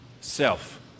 self